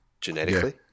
genetically